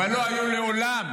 אבל לא היו מעולם